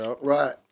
Right